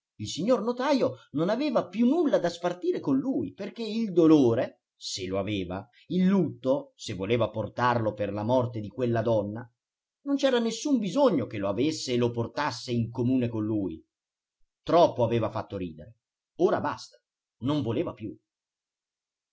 il signor notajo non aveva più nulla da spartire con lui perché il dolore se lo aveva il lutto se voleva portarlo per la morte di quella donna non c'era nessun bisogno che lo avesse e lo portasse in comune con lui troppo aveva fatto ridere ora basta non voleva più